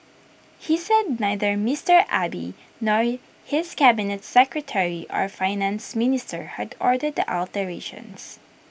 he said neither Mister Abe nor his cabinet secretary or Finance Minister had ordered the alterations